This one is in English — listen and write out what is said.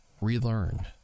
relearn